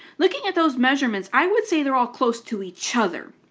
looking at those measurements, i would say they're all close to each other.